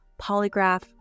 Polygraph